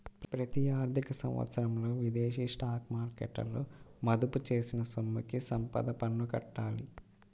ప్రతి ఆర్థిక సంవత్సరంలో విదేశీ స్టాక్ మార్కెట్లలో మదుపు చేసిన సొమ్ముకి సంపద పన్ను కట్టాలి